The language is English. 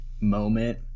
moment